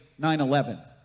9-11